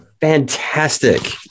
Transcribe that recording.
Fantastic